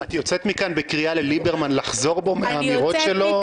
את יוצאת מכאן בקריאה לליברמן לחזור בו מהאמירות שלו?